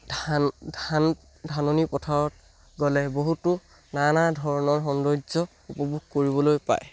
ধান ধান ধাননি পথাৰত গ'লে বহুতো নানা ধৰণৰ সৌন্দৰ্য উপভোগ কৰিবলৈ পায়